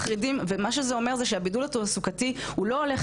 ומה שזה אומר זה שהבידול התעסוקתי הוא לא הולך